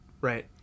right